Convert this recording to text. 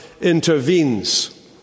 intervenes